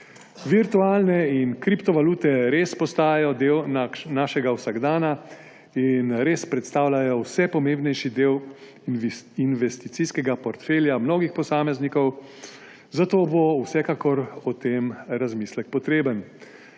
Virtualne in kriptovalute res postajajo del našega vsakdana in res predstavljajo vse pomembnejši del investicijskega portfelja mnogih posameznikov, zato bo vsekakor potreben razmislek o tem,